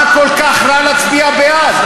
מה כל כך רע להצביע בעד?